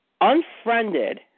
Unfriended